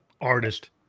artist